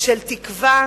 של תקווה,